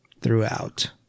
throughout